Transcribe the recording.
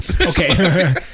Okay